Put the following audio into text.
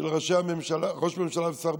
של ראש ממשלה ושר ביטחון,